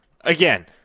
Again